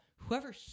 whoever